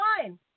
fine